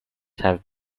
have